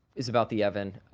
is about the evan.